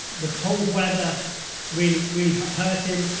the cold weather really really hurt him.